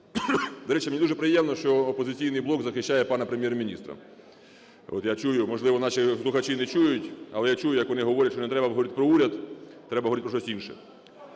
До речі, мені дуже приємно, що "Опозиційний блок" захищає пана Прем'єр-міністра. От я чую, можливо, наші слухачі й не чують, але я чую, як вони говорять, що не треба говорити про уряд, треба говорити про щось інше.